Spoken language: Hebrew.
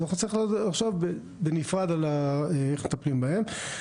ולכן נצטרך לעשות בנפרד על איך מטפלים בהם.